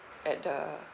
at the